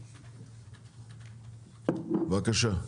בבקשה.